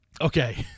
Okay